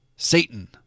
Satan